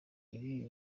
ibi